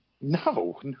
No